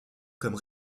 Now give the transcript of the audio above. comme